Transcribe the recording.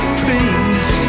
trees